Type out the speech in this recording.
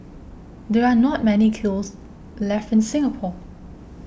there are not many kilns left in Singapore